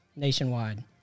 Nationwide